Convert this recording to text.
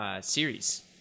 series